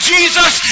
Jesus